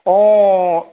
অ'